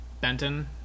Benton